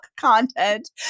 content